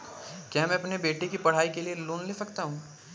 क्या मैं अपने बेटे की पढ़ाई के लिए लोंन ले सकता हूं?